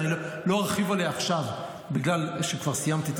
אני לא ארחיב עליה עכשיו בגלל שכבר סיימתי את